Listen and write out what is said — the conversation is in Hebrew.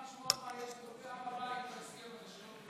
נשמח לשמוע מה יש לגבי הר הבית בהסכם השלום,